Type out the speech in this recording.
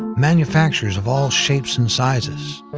manufacturers of all shapes and sizes,